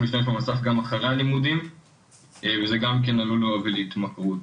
להשתמש במסך וזה גם כן עלול להוביל להתמכרות.